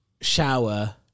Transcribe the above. shower